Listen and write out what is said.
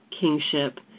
kingship